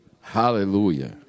Hallelujah